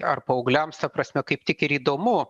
ar paaugliams ta prasme kaip tik ir įdomu